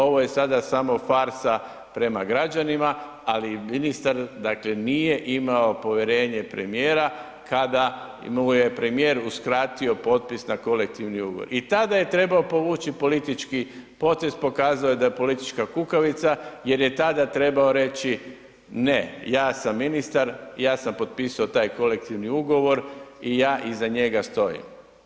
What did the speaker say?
Ovo je sada samo farsa prema građanima, ali ministar dakle nije imao povjerenje premijera kada mu je premijer uskratio potpis na kolektivni ugovor i tada je trebao povući politički potez, pokazao je da je politička kukavica jer je tada trebao reći ne, ja sam ministar, ja sam potpisao taj kolektivni ugovor i ja iza njega stojim.